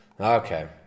Okay